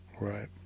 Right